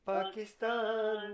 Pakistan